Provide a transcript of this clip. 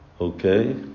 Okay